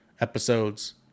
episodes